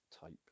type